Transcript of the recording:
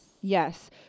yes